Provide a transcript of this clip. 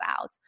out